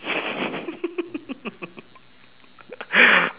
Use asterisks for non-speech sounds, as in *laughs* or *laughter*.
*laughs*